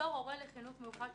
בתור הורה לחינוך מיוחד,